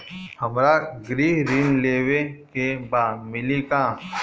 हमरा गृह ऋण लेवे के बा मिली का?